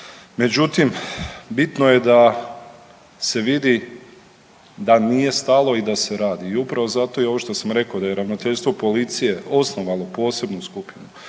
Međutim, bitno je da se vidi da nije stalo i da se radi. I upravo zato i ovo što sam rekao da je ravnateljstvo policije osnovalo posebnu skupinu,